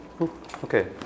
Okay